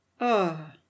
Ah